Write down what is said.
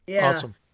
Awesome